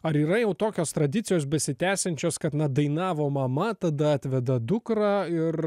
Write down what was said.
ar yra jau tokios tradicijos besitęsiančios kad na dainavo mama tada atveda dukrą ir